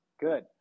Good